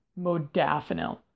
modafinil